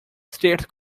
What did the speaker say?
states